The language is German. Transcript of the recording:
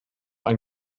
ein